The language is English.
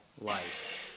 life